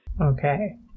Okay